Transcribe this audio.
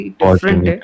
different